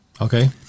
Okay